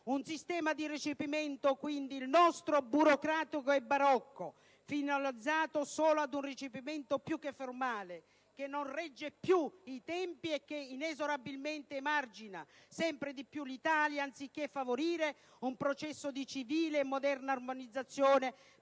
finanziaria. Questo è un meccanismo burocratico e barocco, finalizzato solo ad un recepimento formale, che non regge più ai tempi e che inesorabilmente emargina sempre più l'Italia, anziché favorire un processo di civile e moderna armonizzazione